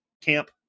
camp